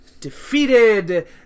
defeated